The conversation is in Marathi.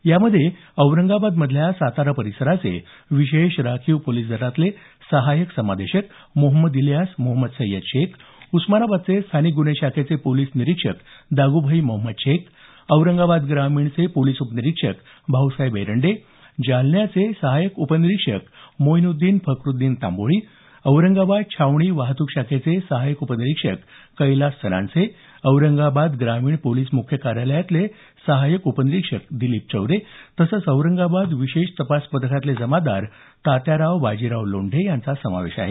यामध्ये औरंगाबाद मधल्या सातारा परिसराचे विशेष राखीव पोलिस दलातले सहाय्यक समादेशक मोहम्मद इलियास मोहम्मद सय्यद शेख उस्मानाबादचे स्थानिक गुन्हे शाखेचे पोलिस निरीक्षक दागूभाई महम्मद शेख औरंगाबाद ग्रामीणचे पोलिस उपनिरीक्षक भाऊसाहेब एरंडे जालन्याचे सहाय्यक उपनिरीक्षक मोईनुद्दीन फकरुद्दीन तांबोळी औरंगाबाद छावणी वाहतूक शाखेचे सहाय्यक उपनिरीक्षक कैलास सनान्से औरंगाबाद ग्रामीण पोलिस मुख्य कार्यालयातले सहाय्यक उपनिरीक्षक दिलीप चौरे तसंच औरंगाबाद विशेष तपास पथकातले जमादार तात्याराव बाजीराव लोंढे यांचा समावेश आहे